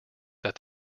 that